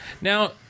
Now